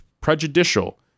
prejudicial